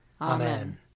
Amen